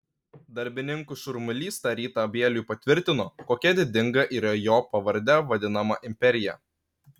darbininkų šurmulys tą rytą bieliui patvirtino kokia didinga yra jo pavarde vadinama imperija